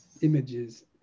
images